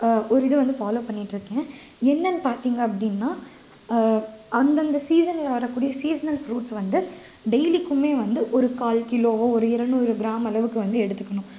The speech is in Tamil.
ஒரு இதை வந்து ஃபாலோ பண்ணிகிட்ருக்கேன் என்னன்னு பார்த்திங்க அப்படின்னா அந்தந்த சீசனில் வரக்கூடிய சீஸ்னல் ஃப்ரூட்ஸ் வந்து டெய்லிக்கும் வந்து ஒரு கால் கிலோவோ ஒரு இருநூறு கிராம் அளவுக்கு வந்து எடுத்துக்கணும்